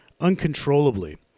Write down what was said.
uncontrollably